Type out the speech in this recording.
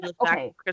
Okay